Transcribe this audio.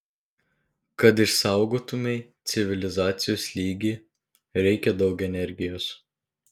kad išsaugotumei civilizacijos lygį reikia daug energijos